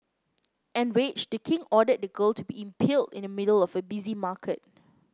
enraged the king ordered the girl to be impaled in the middle of a busy market